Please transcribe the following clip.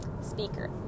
speaker